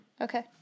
Okay